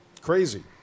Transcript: Crazy